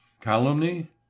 calumny